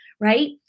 right